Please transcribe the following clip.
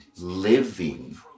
living